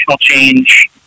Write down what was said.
change